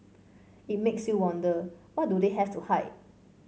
it makes you wonder what do they have to hide